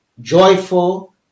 joyful